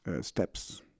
steps